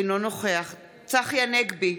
אינו נוכח צחי הנגבי,